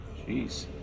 jeez